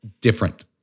different